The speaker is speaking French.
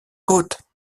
côte